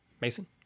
Mason